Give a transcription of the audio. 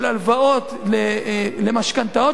של הלוואות למשכנתאות,